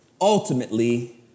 ultimately